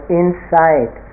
inside